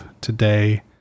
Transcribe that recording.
Today